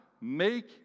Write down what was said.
make